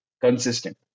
consistent